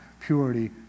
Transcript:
purity